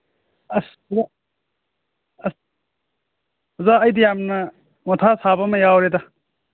ꯑꯁ ꯑꯁ ꯑꯣꯖꯥ ꯑꯩꯗꯤ ꯌꯥꯝꯅ ꯃꯊꯥ ꯁꯥꯕ ꯑꯃ ꯌꯥꯎꯔꯦꯗ